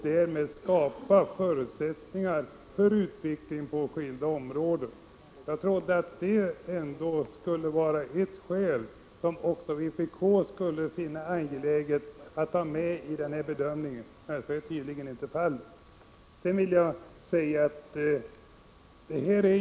Därmed skapas ju förutsättningar för utveckling på skilda områden. Jag trodde att detta ändå skulle vara ett skäl som också vpk skulle finna angeläget att ta i beaktande vid denna bedömning. Men så är tydligen inte fallet.